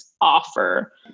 offer